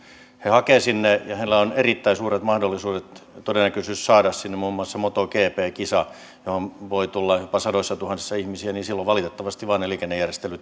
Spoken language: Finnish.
he hakevat ja heillä on erittäin suuret mahdollisuudet todennäköisyys saada sinne muun muassa motogp kisa johon voi tulla jopa sadoissa tuhansissa ihmisiä niin silloin valitettavasti vaan niiden liikennejärjestelyjen